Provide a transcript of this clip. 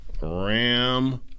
Ram